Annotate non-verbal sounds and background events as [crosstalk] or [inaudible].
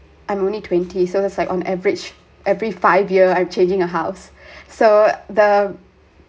[noise] I'm only twenty so it's like on average every five year I'm changing a house so the